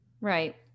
Right